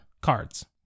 cards